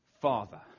Father